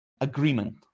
agreement